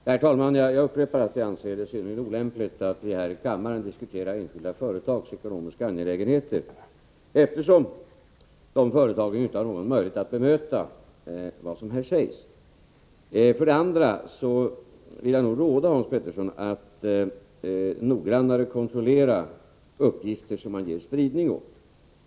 Herr talman! För det första vill jag upprepa att jag anser det synnerligen olämpligt att vi här i kammaren diskuterar enskilda företags ekonomiska angelägenheter, eftersom företagen inte har möjlighet att bemöta vad som här sägs. För det andra vill jag nog råda Hans Petersson i Hallstahammar att noggrannare kontrollera uppgifter som han ger spridning åt.